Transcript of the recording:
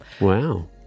Wow